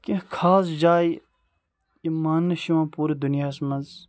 کینٛہہ خاص جایہِ یِم ماننہٕ چھِ یِوان پوٗرٕ دُنیاہَس منٛز